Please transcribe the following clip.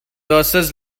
curses